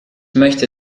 möchte